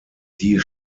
die